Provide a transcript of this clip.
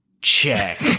Check